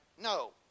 No